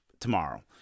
tomorrow